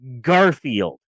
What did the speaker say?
Garfield